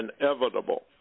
inevitable